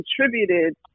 contributed